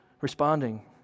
responding